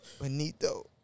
Benito